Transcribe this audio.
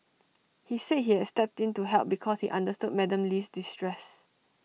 he said he had stepped in to help because he understood Madam Lee's distress